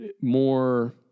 more